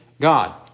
God